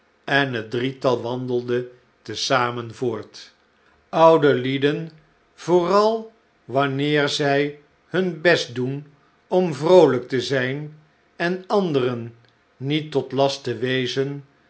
en het drietal wandelde te zamen voort oude lieden vooral wanneer zij hun best doen om vroolijk te zijn en anderen niet tot last te wezen